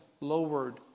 lowered